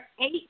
eight